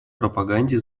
пропаганде